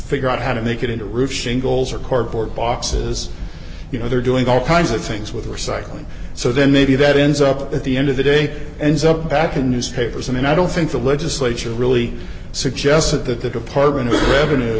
figure out how to make it into roof shingles or cardboard boxes you know they're doing all kinds of things with recycling so then maybe that ends up at the end of the day ends up back in newspapers and i don't think the legislature really suggested that the department of revenue